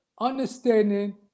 Understanding